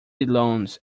loans